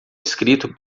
escrito